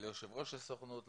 ליושב ראש הסוכנות היהודית,